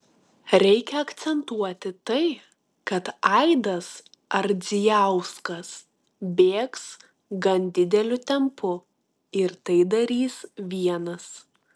reikia akcentuoti tai kad aidas ardzijauskas bėgs gan dideliu tempu ir tai darys vienas